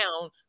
down